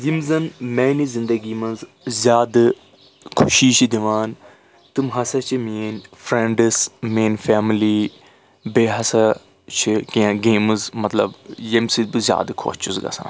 یِم زَن میانہِ زِنٛدَگی منٛز زیادٕ خوشی چھِ دِوان تِم ہَسا چھِ میٲنۍ فرٛؠنٛڈٕز میٲنۍ فیملی بیٚیہِ ہَسا چھِ کینٛہہ گیمٕز مطلب ییٚمہِ سۭتۍ بہٕ زیادٕ خۄش چھُس گژھان